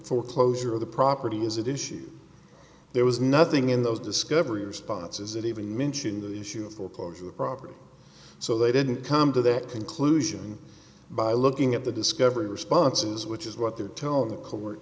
foreclosure of the property is it issues there was nothing in those discovery responses that even mention the issue of foreclosure the property so they didn't come to that conclusion by looking at the discovery responses which is what they're telling the court